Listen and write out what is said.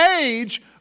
age